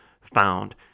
found